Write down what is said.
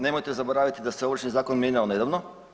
Nemojte zaboraviti da se Ovršni zakon mijenjao nedavno.